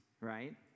right